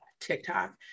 TikTok